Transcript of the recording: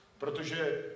...protože